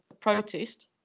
protest